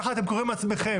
ככה אתם קוראים לעצמכם.